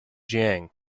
jiang